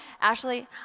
Ashley